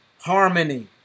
harmony